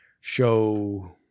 show